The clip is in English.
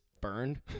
burned